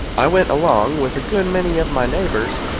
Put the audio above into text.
i went, along with a good many of my neighbors,